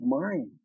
mind